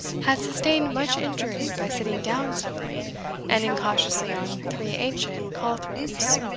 had sustained much injury by sitting down suddenly and incautiously on three ancient calthrops,